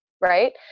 right